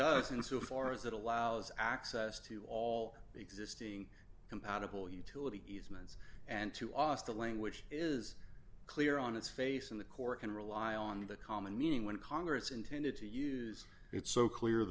does insofar as it allows access to all existing compatible utility easements and to oss the language is clear on its face in the court can rely on the common meaning when congress intended to use it so clear